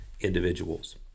individuals